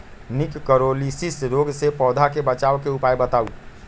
निककरोलीसिस रोग से पौधा के बचाव के उपाय बताऊ?